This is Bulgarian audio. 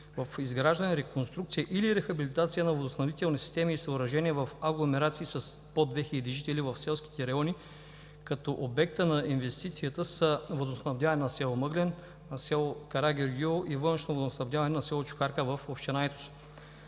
в изграждане, реконструкция или рехабилитация на водоснабдителни системи и съоръжения в агломерации с под 2 хиляди жители в селските райони, като обектът на инвестицията са водоснабдяването на село Мъглен, на село Карагеоргиево и външното водоснабдяване на село Чукарка в община Айтос.